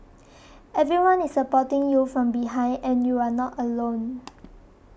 everyone is supporting you from behind and you are not alone